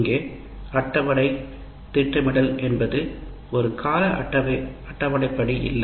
இங்கே அட்டவணை திட்டமிடல் என்பது ஒரு கால அட்டவணையின்படி இல்லை